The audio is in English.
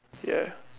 yeah